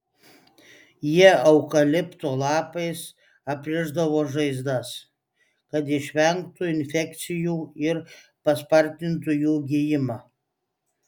jie eukalipto lapais aprišdavo žaizdas kad išvengtų infekcijų ir paspartintų jų gijimą